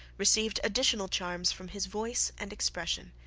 received additional charms from his voice and expression.